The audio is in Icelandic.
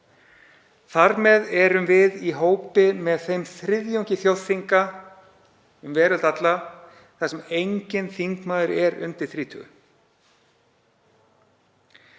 Þar með erum við í hópi með þeim þriðjungi þjóðþinga um veröld alla þar sem enginn þingmaður er undir þrítugu.